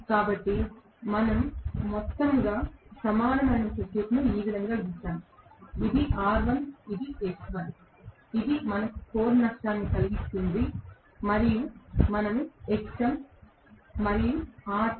కాబట్టి మనము మొత్తంగా సమానమైన సర్క్యూట్ను ఈ విధంగా గీసాము ఇది R1 ఇది X1 ఇది మనకు కోర్ నష్టాన్ని కలిగిస్తుందని మరియు మనము Xm మరియు Rc